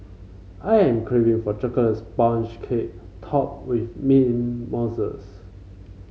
I am craving for chocolate sponge cake topped with mint mousses